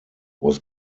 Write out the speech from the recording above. was